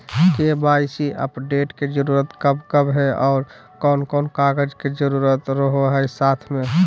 KYC update के जरूरत कब कब है और कौन कौन कागज के जरूरत रहो है साथ में?